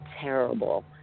terrible